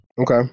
Okay